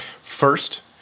First